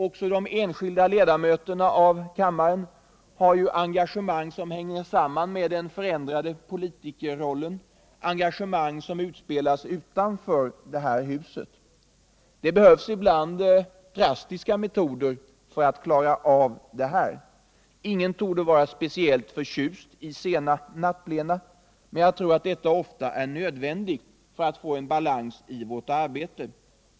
Också de enskilda ledamöterna av kammaren har engagemang som hänger samman med den förändrade politikerrollen, engagemang som utspelas utanför detta hus. Det behövs ibland drastiska metoder för att klara av dem. Ingen torde vara speciellt förtjust i sena nattplena, men jag tror att de ofta är nödvändiga för att vi skall få balans i vårt arbete.